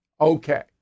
Okay